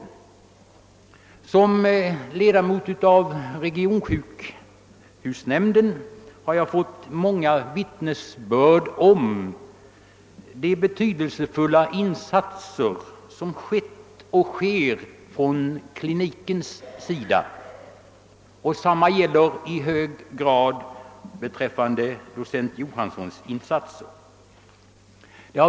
Som ledamot av regionsjukhusnämnden har jag fått många vittnesbörd om de betydelsefulla insatser som = kliniken gjort och gör. Detsamma gäller i hög grad beträffande docent Johanssons insatser.